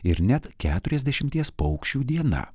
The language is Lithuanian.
ir net keturiasdešimties paukščių diena